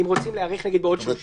אם רוצים להאריך בעוד 30 יום למשל.